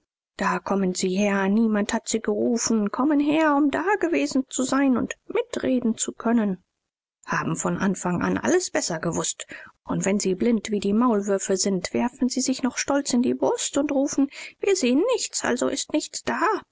da kommen sie her niemand hat sie gerufen kommen her um dagewesen zu sein und mitreden zu können haben von anfang an alles besser gewußt und wenn sie blind wie die maulwürfe sind werfen sie sich noch stolz in die brust und rufen wir sehen nichts also ist nichts da